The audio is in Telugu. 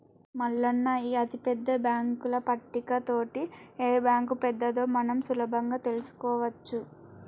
మల్లన్న ఈ అతిపెద్ద బాంకుల పట్టిక తోటి ఏ బాంకు పెద్దదో మనం సులభంగా తెలుసుకోవచ్చు